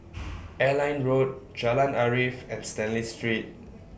Airline Road Jalan Arif and Stanley Street